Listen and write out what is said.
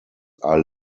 are